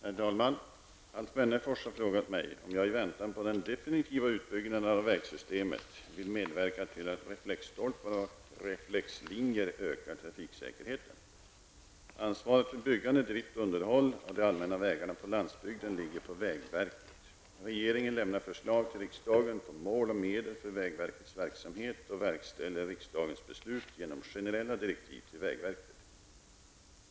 Herr talman! Alf Wennerfors har frågat mig om jag i väntan på den definitiva utbyggnaden av vägsystemet vill medverka till att reflexstolpar och reflexlinjer ökar trafiksäkerheten. Ansvaret för byggande, drift och underhåll av de allmänna vägarna på landsbygden ligger på vägverket. Regeringen lämnar förslag till riksdagen på mål och medel för vägverkets verksamhet och verkställer riksdagens beslut genom generella direktiv till vägverket.